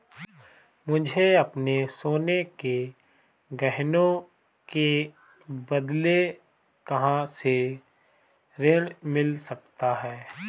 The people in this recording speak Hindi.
मुझे अपने सोने के गहनों के बदले कहां से ऋण मिल सकता है?